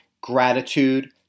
gratitude